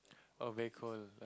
a bacon